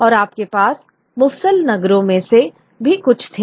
और आपके पास मुफस्सल नगरों में से भी कुछ थे